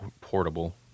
portable